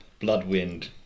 Bloodwind